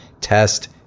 test